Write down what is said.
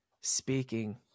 speaking